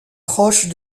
proche